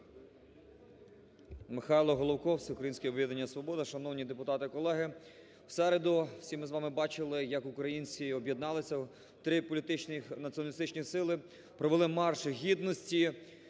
Михайло Головко, Всеукраїнське об'єднання "Свобода". Шановні депутати колеги! В середу всі ми з вами бачили як українці об'єдналися, три політичні націоналістичні сили провели Марш Гідності